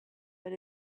but